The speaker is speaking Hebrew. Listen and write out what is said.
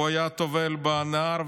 והוא היה טובל בנהר.